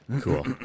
Cool